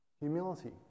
humility